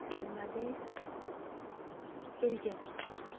Bangladesh Belgium